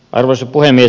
arvoisa puhemies